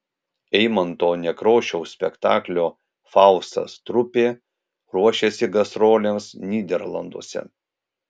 eimunto nekrošiaus spektaklio faustas trupė ruošiasi gastrolėms nyderlanduose